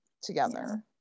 together